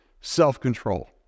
Self-control